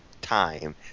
time